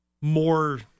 more